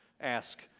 ask